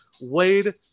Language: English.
wade